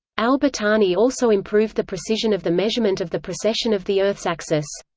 al-battani also improved the precision of the measurement of the precession of the earth's axis.